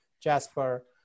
Jasper